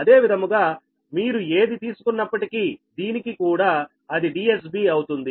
అదే విధముగా మీరు ఏది తీసుకున్నప్పటికీ దీనికి కూడా అది DSB అవుతుంది